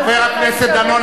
חבר הכנסת דנון,